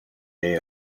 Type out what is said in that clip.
day